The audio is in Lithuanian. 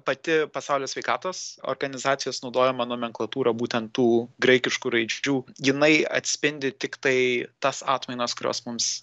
pati pasaulio sveikatos organizacijos naudojama nomenklatūra būtent tų graikiškų raidžių jinai atspindi tiktai tas atmainas kurios mums